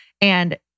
And-